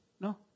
No